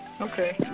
Okay